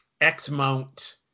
X-mount